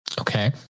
okay